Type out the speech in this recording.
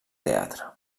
teatre